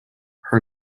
her